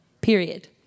period